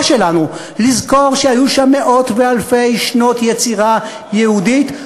שלנו לזכור שהיו שם מאות ואלפי שנות יצירה יהודית,